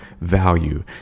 value